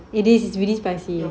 it is it is really spicy